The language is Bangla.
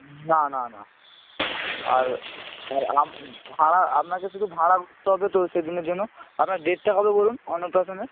না না না আর আর ভাড়া আপনাকে শুধু ভাড়া করতে হবে তো সেদিনের জন্য আপনার ডেটটা কবে বলুন অন্নপ্রাশনের